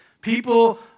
People